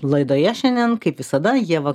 laidoje šiandien kaip visada ieva kulikauskienė